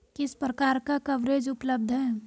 किस प्रकार का कवरेज उपलब्ध है?